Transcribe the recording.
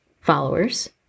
followers